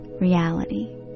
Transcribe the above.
reality